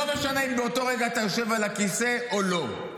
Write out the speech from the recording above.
לא משנה אם באותו רגע אתה יושב על הכיסא או לא,